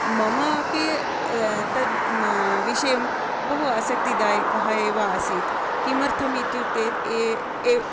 मम अपि तद् विषयं बहु आसक्तिदायकः एव आसीत् किमर्थमित्युक्ते एव